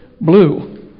blue